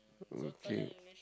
okay